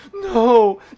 No